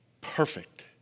perfect